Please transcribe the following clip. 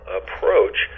approach